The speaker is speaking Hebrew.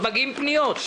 עוד מגיעות פניות.